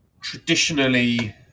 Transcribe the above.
traditionally